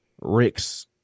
Rick's